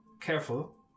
Careful